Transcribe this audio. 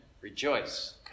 rejoice